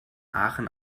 aachen